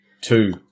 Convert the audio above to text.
two